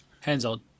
Hands-on